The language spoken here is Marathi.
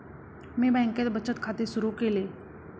मी बँकेत बचत खाते सुरु केले